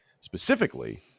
specifically